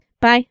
Bye